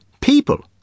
people